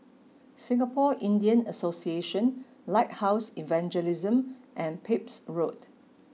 Singapore Indian Association Lighthouse Evangelism and Pepys Road